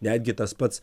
netgi tas pats